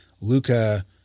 Luca